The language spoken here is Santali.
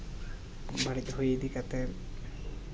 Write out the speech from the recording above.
ᱵᱟᱹᱲᱤᱡ ᱦᱚᱭ ᱤᱫᱤ ᱠᱟᱛᱮᱫ